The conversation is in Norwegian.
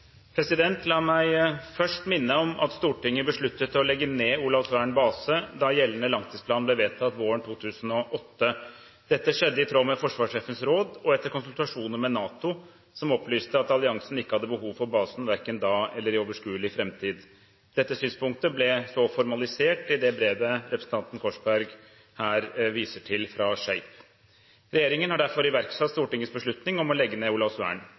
La meg først minne om at Stortinget besluttet å legge ned Olavsvern base da gjeldende langtidsplan ble vedtatt våren 2008. Dette skjedde i tråd med forsvarssjefens råd og etter konsultasjoner med NATO, som opplyste at alliansen ikke hadde behov for basen, verken da eller i overskuelig framtid. Dette synspunktet ble deretter formalisert i det brevet fra SHAPE som representanten Korsberg viser til. Regjeringen har derfor iverksatt Stortingets beslutning om å legge ned Olavsvern.